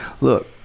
look